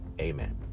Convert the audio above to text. Amen